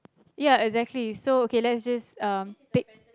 ya exactly so okay let's just um take